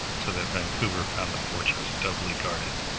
so that vancouver found the fortress doubly guarded.